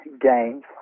games